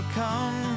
come